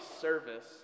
service